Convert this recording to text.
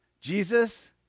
Jesus